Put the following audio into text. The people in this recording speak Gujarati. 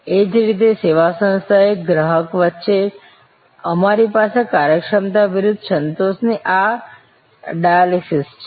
એ જ રીતે સેવા સંસ્થા અને ગ્રાહક વચ્ચે અમારી પાસે કાર્યક્ષમતા વિરુદ્ધ સંતોષની આ ડાયાલેક્ટિક્સ છે